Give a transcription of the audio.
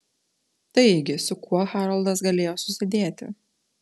taigi su kuo haroldas galėjo susidėti